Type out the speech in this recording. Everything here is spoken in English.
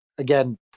Again